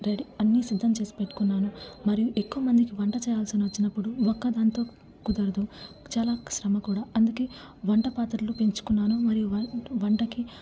ready అన్నీ సిద్ధం చేసి పెట్టుకున్నాను మరియు ఎక్కువ మందికి వంట చేయాల్సి వచ్చినప్పుడు ఒక్క దాంతో కుదరదు చాలా శ్రమ కూడా అందుకే వంటపాత్రలు పెంచుకున్నాను మరియు వ వంటకి